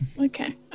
okay